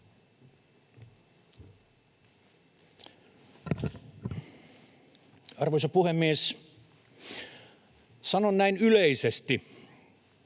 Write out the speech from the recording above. Arvoisa puhemies! Sanon näin yleisesti: